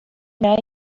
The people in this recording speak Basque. nahi